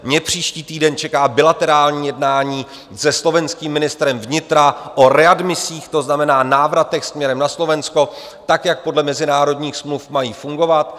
Mne příští týden čeká jednání se slovenským ministrem vnitra o readmisích, to znamená o návratech směrem na Slovensko, tak jak podle mezinárodních smluv mají fungovat.